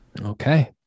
Okay